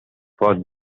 for